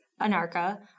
Anarka